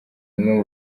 imwe